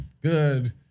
good